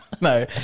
No